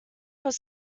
was